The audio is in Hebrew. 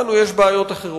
לנו יש בעיות אחרות.